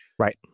Right